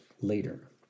later